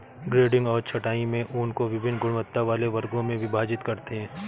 grading और छँटाई में ऊन को वभिन्न गुणवत्ता वाले वर्गों में विभाजित करते हैं